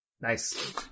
Nice